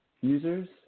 users